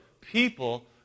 people